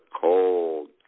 cold